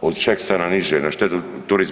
od Šeksa na niže na štetu turizma.